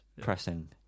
pressing